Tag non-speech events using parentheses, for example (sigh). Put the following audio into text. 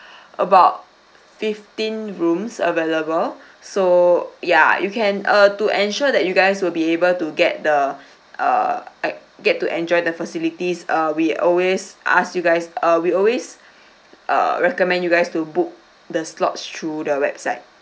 (breath) about fifteen rooms available so ya you can uh to ensure that you guys will be able to get the err uh get to enjoy the facilities uh we always ask you guys uh we always err recommend you guys to book the slots through the website